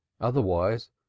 Otherwise